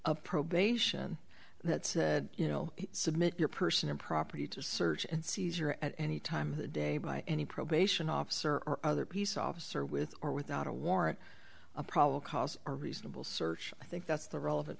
of probation that said you know submit your personal property to search and seizure at any time day by any probation officer or other peace officer with or without a warrant a probable cause or reasonable search i think that's the rel